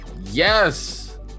Yes